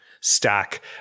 stack